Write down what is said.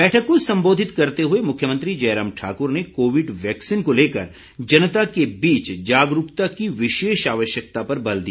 बैठक को संबोधित करते हए मुख्यमंत्री जयराम ठाक्र ने कोविड वैक्सीन को लेकर जनता के बीच जागरूकता की विशेष आवश्यकता पर बल दिया